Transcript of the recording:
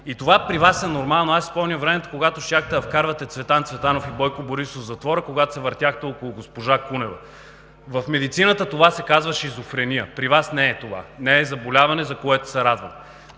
това при Вас е нормално. Спомням си времето, когато щяхте да вкарвате Цветан Цветанов и Бойко Борисов в затвора, когато се въртяхте около госпожа Кунева. В медицината това се казва шизофрения. При Вас не е това, не е заболяване, за което се радвам